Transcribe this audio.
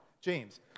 James